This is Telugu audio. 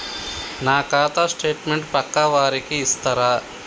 నా ఖాతా స్టేట్మెంట్ పక్కా వారికి ఇస్తరా?